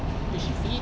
is she fit